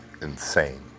insane